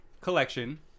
collection